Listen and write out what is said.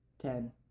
Ten